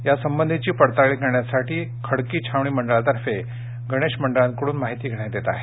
यासंबंधीची पडताळणी करण्यासाठी खडकी छावणी मंडळातर्फे गणेश मंडळांकडून करण्यात येत आहे